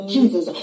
Jesus